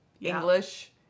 English